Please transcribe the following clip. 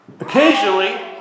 Occasionally